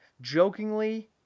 jokingly